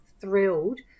thrilled